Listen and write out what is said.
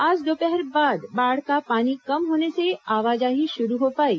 आज दोपहर बाद बाढ़ का पानी कम होने से आवाजाही शुरू हो पायी